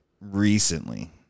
recently